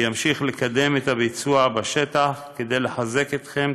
וימשיך לקדם את הביצוע בשטח כדי לחזק אתכם,